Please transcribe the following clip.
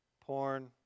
Porn